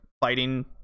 fighting